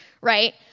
right